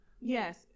Yes